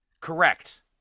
Correct